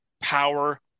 power